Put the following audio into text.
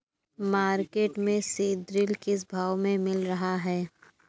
Market में seed drill किस भाव में मिल रहा है?